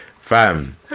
Fam